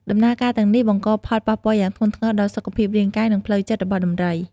ដំណើរការទាំងនេះបង្កផលប៉ះពាល់យ៉ាងធ្ងន់ធ្ងរដល់សុខភាពរាងកាយ និងផ្លូវចិត្តរបស់ដំរី។